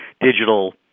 digital